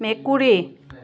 মেকুৰী